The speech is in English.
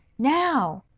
now!